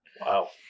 wow